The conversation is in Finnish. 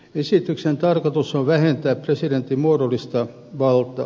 esityksen tarkoitus on vähentää presidentin muodollista valtaa